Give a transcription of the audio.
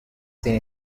seen